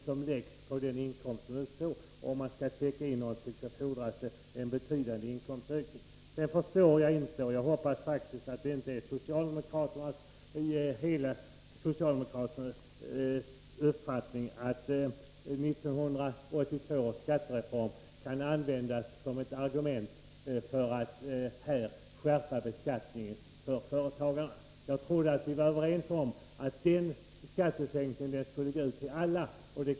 För att dessa utgiftsökningar skall täckas in fordras en betydande inkomstökning. Jag hoppas faktiskt att det inte är socialdemokraternas uppfattning att 1982 års skattereform kan användas som ett argument för att skärpa beskattningen för företagarna. Jag trodde att vi var överens om att den skattesänkningen skulle gå ut till alla.